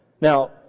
now